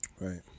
Right